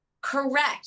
Correct